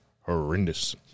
horrendous